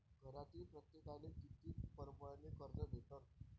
घरातील प्रत्येकाले किती परमाने कर्ज भेटन?